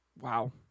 Wow